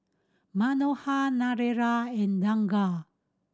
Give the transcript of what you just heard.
Manohar Narendra and Ranga